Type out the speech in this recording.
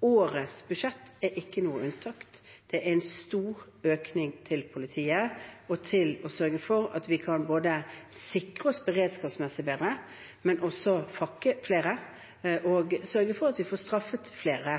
Årets budsjett er ikke noe unntak. Det er en stor økning til politiet – for å sørge for at vi kan både sikre oss beredskapsmessig bedre, fakke flere og sørge for at vi får straffet flere